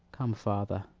come, father,